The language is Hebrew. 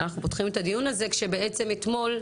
אנחנו פותחים את הדיון, כשבעצם אתמול,